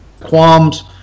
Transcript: qualms